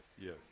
Yes